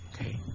okay